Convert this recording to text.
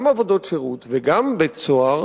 גם עבודות שירות וגם בית-סוהר,